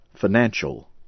financial